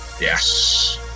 yes